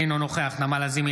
אינו נוכח נעמה לזימי,